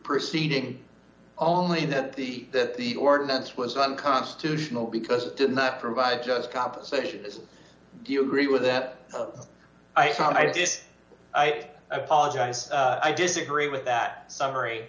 proceeding only that the that the ordinance was unconstitutional because it did not provide just compensation is do you agree with that i just apologize i disagree with that